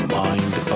mind